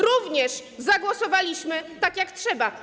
Również zagłosowaliśmy tak, jak trzeba.